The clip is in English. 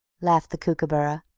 laughed the kookooburra,